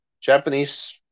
Japanese